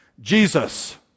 Jesus